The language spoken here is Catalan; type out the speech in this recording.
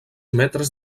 metres